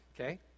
Okay